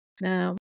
now